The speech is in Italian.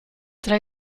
tra